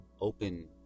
open